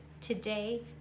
today